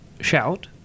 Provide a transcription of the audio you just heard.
shout